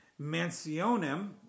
Mansionem